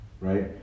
right